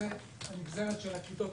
זה הנגזרת של הכיתות.